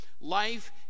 Life